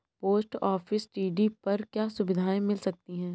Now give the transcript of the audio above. Post office TD पर क्या सुविधाएँ मिल सकती है?